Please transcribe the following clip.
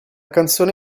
canzone